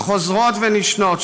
החוזרות ונשנות,